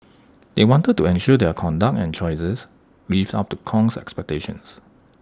they wanted to ensure their conduct and choices lived up to Kong's expectations